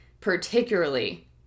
particularly